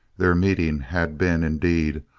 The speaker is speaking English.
their meeting had been, indeed,